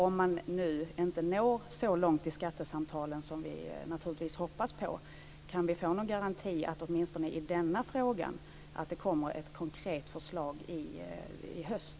Om man nu inte når så långt i skattesamtalen som vi naturligtvis hoppas på, kan vi få någon garanti att det åtminstone i denna fråga kommer ett konkret förslag i höst?